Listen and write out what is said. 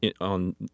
on